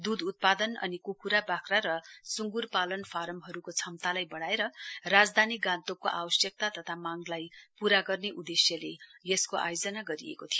द्ध उत्पादक अनि क्ख्रा बाख्रा र संग्र पालन फार्महरूको क्षमतालाई बढाएर राजधानी गान्तोकको आवश्यकता तथा मागलाई पूरा गर्ने उद्देश्यले यसको आयोजना गरिएको थियो